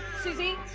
suzy,